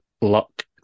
luck